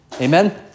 Amen